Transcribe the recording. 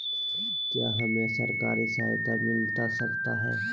क्या हमे सरकारी सहायता मिलता सकता है?